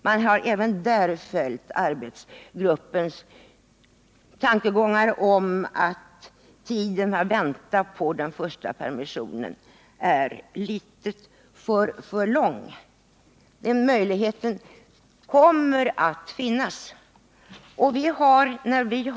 Man har även där följt arbetsgruppens tankegångar att tiden då den intagne väntar på sin första permission är litet för lång. Men möjligheten till tidigare permission kommer att finnas.